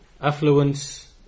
affluence